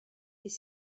des